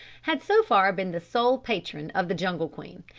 had so far been the sole patron of the jungle queen.